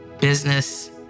business